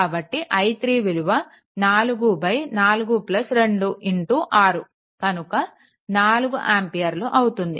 కాబట్టి i3 విలువ 442 6 కనుక 4 ఆంపియర్లు అవుతుంది